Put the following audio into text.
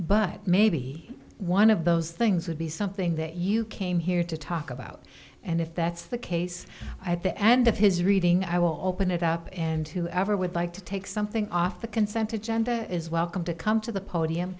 but maybe one of those things would be something that you came here to talk about and if that's the case at the end of his reading i will open it up and whoever would like to take something off the consented genda is welcome to come to the podium